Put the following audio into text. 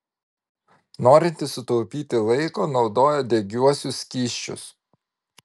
norintys sutaupyti laiko naudoja degiuosius skysčius